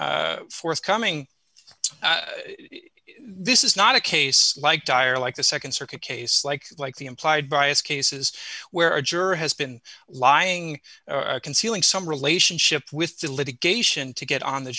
forthcoming this is not a case like dire like the nd circuit case like like the implied bias cases where a juror has been lying concealing some relationship with the litigation to get on the